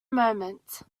moment